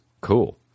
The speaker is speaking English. cool